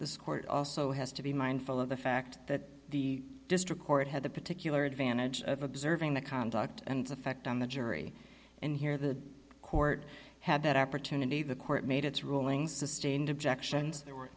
this court also has to be mindful of the fact that the district court had the particular advantage of observing the conduct and effect on the jury and here the court had that opportunity the court made its ruling sustained objections there were